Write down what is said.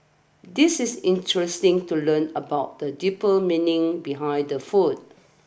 this is interesting to learn about the deeper meaning behind the food